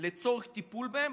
לצורך הטיפול בהם,